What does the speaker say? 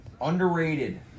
underrated